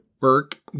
work